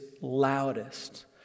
loudest